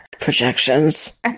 Projections